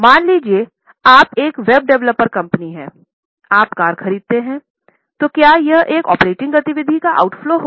मान लीजिए कि आप एक वेब डेवलपर कंपनी हैं आप कार खरीदते हैं तो क्या यह एक ऑपरेटिंग गति विधि का ऑउटफ्लो होगा